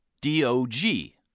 D-O-G